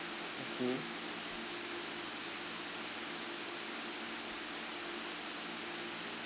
okay